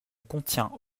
contient